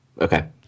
Okay